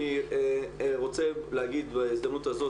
אני רוצה להגיד בהזדמנות הזאת,